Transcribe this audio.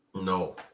No